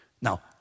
Now